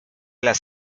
las